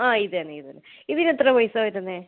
ആ ഇത് തന്നെ ഇത് തന്നെ ഇതിനെത്രയാണ് പൈസ വരുന്നത്